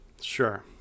Sure